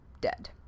dead